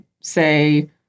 say